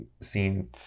seen